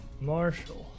Marshall